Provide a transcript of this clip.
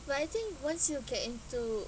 but I think once you get into